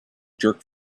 jerk